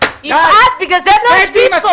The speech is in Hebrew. יושבת --- יפעת, בגלל זה הם לא יושבים פה.